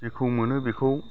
जेखौ मोनो बेखौ